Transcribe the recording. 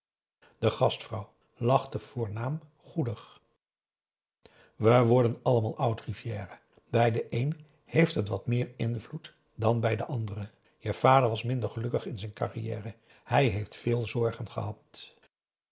de gastvrouw lachte voornaam goedig we worden allemaal oud rivière bij den een heeft het wat meer invloed dan bij den ander je vader was minder gelukkig in zijn carrière hij heeft veel zorgen gehad